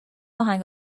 آهنگ